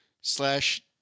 Slash